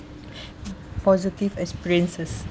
positive experiences